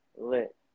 lit